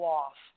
off